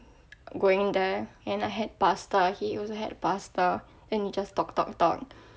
going there and I had pasta he also had pasta and we just talk talk talk